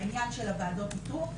בעניין של ועדות האיתור,